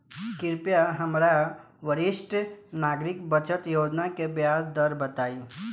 कृपया हमरा वरिष्ठ नागरिक बचत योजना के ब्याज दर बताई